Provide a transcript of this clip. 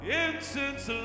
incense